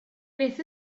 beth